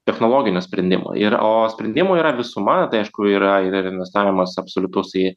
technologinio sprendimo ir o sprendimų yra visuma tai aišku yra ir investavimas absoliutus į